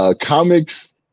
comics